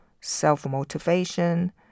self-motivation